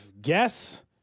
guess